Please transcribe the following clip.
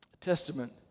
testament